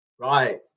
Right